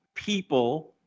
people